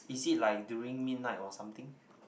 is it like during midnight or something